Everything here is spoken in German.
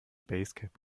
basecap